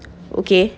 okay